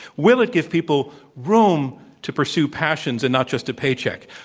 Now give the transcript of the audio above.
will it give people room to pursue passions and not just a paycheck?